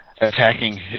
attacking